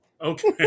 okay